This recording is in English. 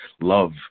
love